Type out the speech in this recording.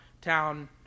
town